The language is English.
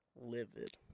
livid